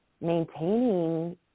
maintaining